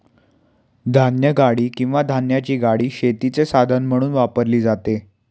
धान्यगाडी किंवा धान्याची गाडी शेतीचे साधन म्हणून वापरली जाते